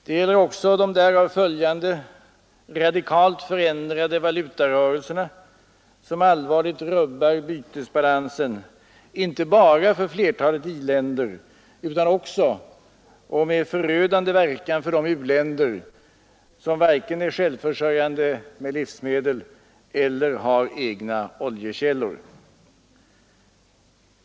Det gäller också de därav följande radikalt förändrade valutarörelserna, som allvarligt rubbar bytesbalansen inte bara för flertalet i-länder utan också och med förödande verkan för de u-länder som varken är självförsörjande med livsmedel eller har egna oljekällor.